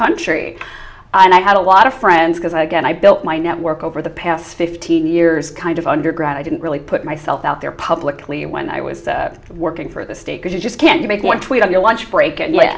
country and i had a lot of friends because i again i built my network over the past fifteen years kind of undergrad i didn't really put myself out there publicly when i was working for the state because you just can't you make one tweet on your lunch break and let